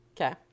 Okay